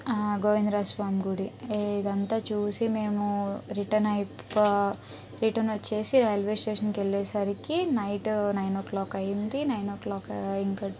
ఆ గోవిందరాజ స్వామి గుడి ఇదంతా చూసి మేము రిటన్ అయిపో రిటన్ ఒచ్చేసి రైల్వే స్టేషన్ కెళ్ళేసరికి నైట్ నైన్ ఓ క్లాక్ అయ్యింది నైన్ ఓ క్లాక్ ఇంక